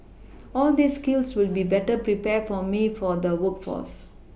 all these skills will be better prepare me for the workforce